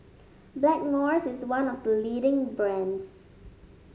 Blackmores is one of the leading brands